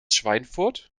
schweinfurt